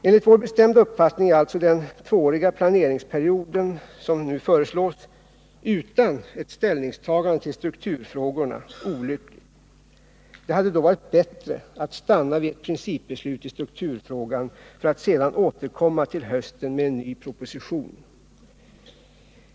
Enligt vår bestämda uppfattning är alltså den tvååriga planeringsperiod som nu föreslås utan ett ställningstagande till strukturfrågorna olycklig. Det hade då varit bättre att stanna vid ett principbeslut i strukturfrågan för att sedan till hösten återkomma med en ny proposition.